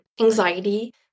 anxiety